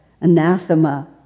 anathema